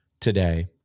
today